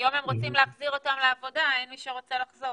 היום הם רוצים להחזיר אותם לעבודה ואין מי שרוצה לחזור.